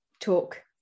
talk